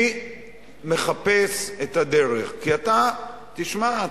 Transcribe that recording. אני מחפש את הדרך, כי אתה, תשמע,